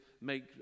make